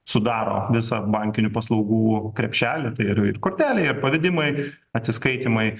sudaro visą bankinių paslaugų krepšelį tai ir ir kortelė ir pavedimai atsiskaitymai